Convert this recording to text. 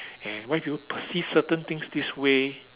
and why people perceive certain things this way